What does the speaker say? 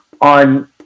on